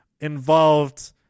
involved